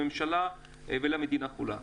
לממשלה ולמדינה כולה.